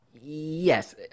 Yes